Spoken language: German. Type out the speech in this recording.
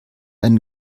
einen